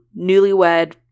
newlywed